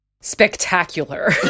spectacular